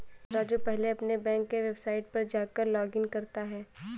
राजू पहले अपने बैंक के वेबसाइट पर जाकर लॉगइन करता है